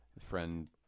friend